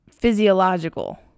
physiological